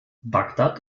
bagdad